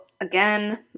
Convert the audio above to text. again